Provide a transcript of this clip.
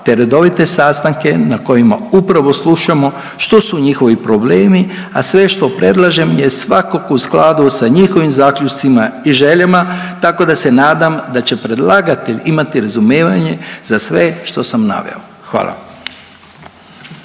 te redovite sastanke na kojima upravo slušamo što su njihovi problemi, a sve što predlažem jest svakako u skladu sa njihovim zaključcima i željama, tako da se nadam da će predlagatelj imati razumijevanje za sve što sam naveo. Hvala.